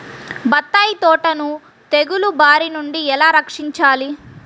బత్తాయి తోటను తెగులు బారి నుండి ఎలా రక్షించాలి?